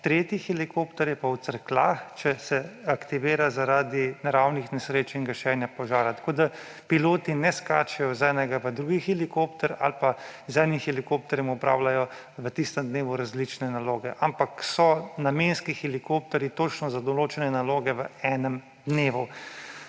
tretji helikopter je pa v Cerkljah, če se aktivira zaradi naravnih nesreč in gašenje požara. Tako piloti ne skačejo iz enega na drugi helikopter ali pa z enim helikopterjem opravljajo v tistem dnevu različne naloge, ampak so namenski helikopterji točno za določene naloge v enem dnevu.